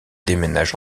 déménage